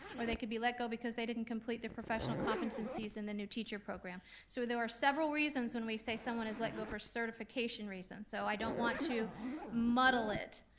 or they could be let go because they didn't complete their professional competencies in the new teacher program, so there were several reasons when we say someone is let go for certification reasons, so i don't want to muddle it.